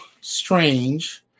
strange